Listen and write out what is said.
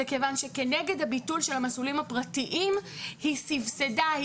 זה כיוון שכנגד הביטול של המסלולים הפרטיים היא סבסדה,